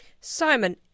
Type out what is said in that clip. Simon